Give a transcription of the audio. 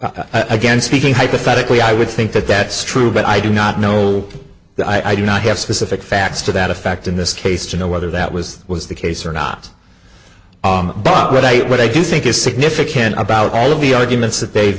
i again speaking hypothetically i would think that that's true but i do not know that i do not have specific facts to that effect in this case to know whether that was was the case or not but what i do think is significant about all of the arguments that they've